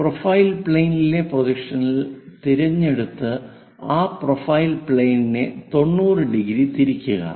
profile പ്ലെയിനിലെ പ്രൊജക്ഷനിൽ തിരഞ്ഞെടുത്ത് ആ പ്രൊഫൈൽ പ്ലെയിനിനെ 90 ഡിഗ്രി തിരിക്കുക